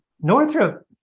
Northrop